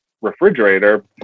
refrigerator